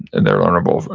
and they're learnable,